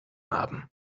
haben